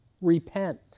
repent